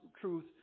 truth